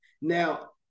Now